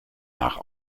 nach